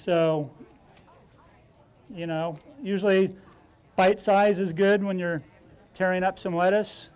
so you know usually bite size is good when you're tearing up some lettuce